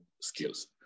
skills